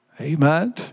Amen